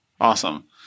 Awesome